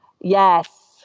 Yes